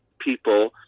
people